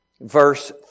verse